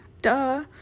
duh